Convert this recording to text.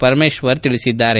ಪರಮೇಶ್ವರ್ ಹೇಳಿದ್ದಾರೆ